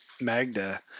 Magda